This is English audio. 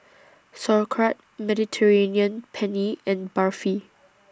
Sauerkraut Mediterranean Penne and Barfi